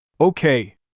Okay